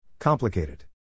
Complicated